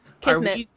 Kismet